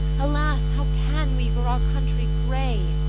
alas, how can we for our country pray,